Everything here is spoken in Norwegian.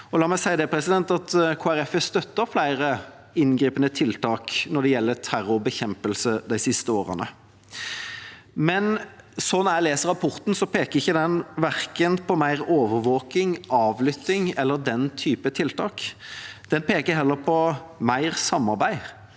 La meg si at Kristelig Folkeparti har støttet flere inngripende tiltak når det gjelder terrorbekjempelse de siste årene, men sånn jeg leser rapporten, peker den ikke på verken mer overvåking eller avlytting eller den typen tiltak. Den peker heller på mer samarbeid,